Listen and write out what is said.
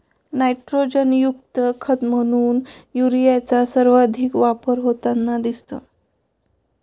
नायट्रोजनयुक्त खत म्हणून युरियाचा सर्वाधिक वापर होताना दिसतो